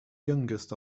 youngest